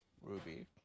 Ruby